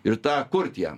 ir tą kurt jam